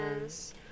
yes